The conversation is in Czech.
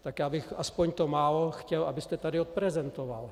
Tak já bych aspoň to málo chtěl, abyste tady odprezentoval.